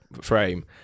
frame